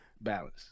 Balance